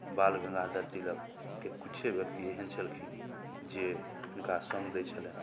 बाल गंगाधर तिलकके किछे व्यक्ति एहन छलखिन जे हुनका सङ्ग दै छलनि